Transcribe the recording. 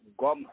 Goma